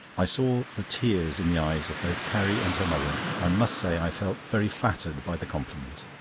i saw the tears in the eyes of both carrie and her mother, and must say i felt very flattered by the compliment.